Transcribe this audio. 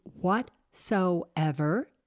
whatsoever